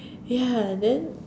ya then